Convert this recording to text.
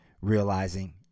Realizing